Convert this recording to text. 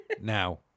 Now